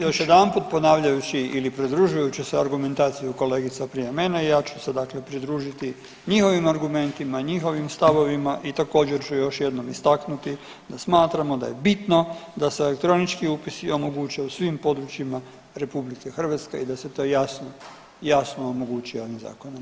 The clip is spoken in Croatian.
Još jedanput ponavljajući ili pridružujući se argumentaciji kolegica prije mene, ja ću se dakle pridružiti njihovim argumentima, njihovim stavovima i također ću još jedanput istaknuti da smatramo da je bitno da se elektronički upisi omoguće u svim područjima Republike Hrvatske i da se to jasno omogući ovim zakonom.